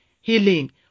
healing